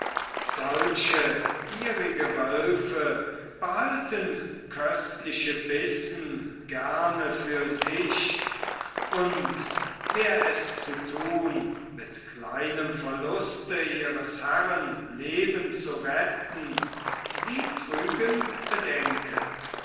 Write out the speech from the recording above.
solche gierige wölfe behalten köstliche bissen gerne für sich und wär es zu tun mit kleinem verluste ihres herren leben zu retten sie trügen bedenken